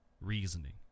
reasoning